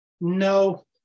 no